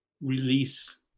release